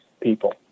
people